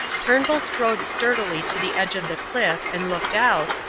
turnbull strode sturdily to the edge of the cliff and looked out,